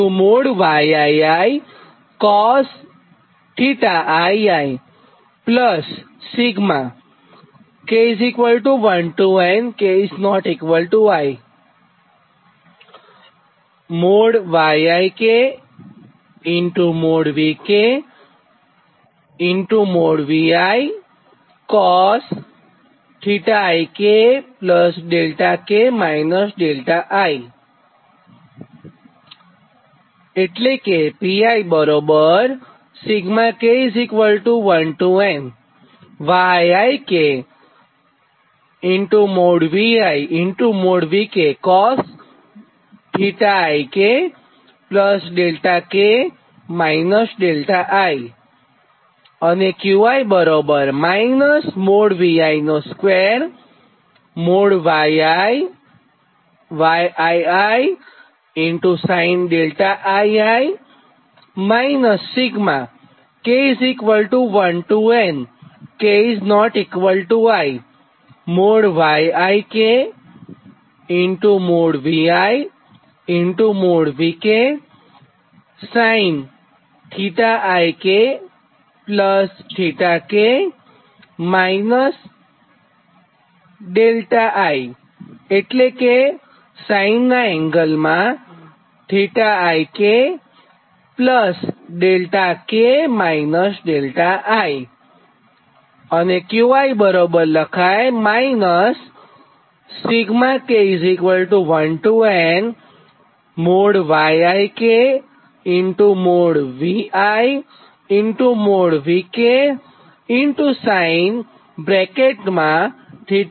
તો આ સમીકરણ 15 અને 16 છે